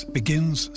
begins